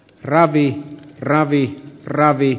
ravi ravi ravit